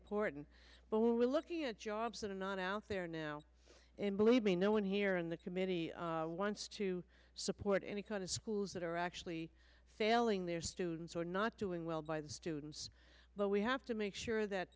important but we're looking at jobs that are not out there now and believe me no one here in the committee wants to support any kind of schools that are actually failing their students or not doing well by the students but we have to make sure that